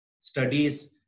studies